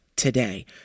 Today